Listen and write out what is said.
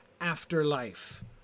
afterlife